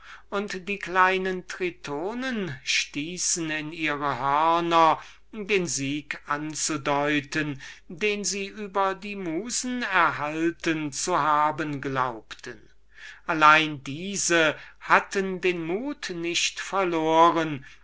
und die kleinen tritonen stießen in ihre hörner den sieg anzudeuten den sie über die musen erhalten zu haben glaubten allein diese hatten den mut nicht verloren